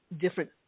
different